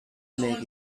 make